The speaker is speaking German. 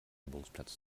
übungsplatz